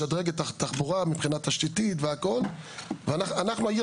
לשדרג את התחבורה מבחינה תשתיתית והכל ואנחנו העיר